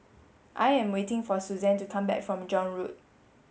I am waiting for Suzan to come back from John Road